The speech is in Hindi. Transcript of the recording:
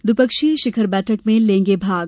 द्विपक्षीय शिखर बैठक में लेंगे भाग